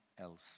else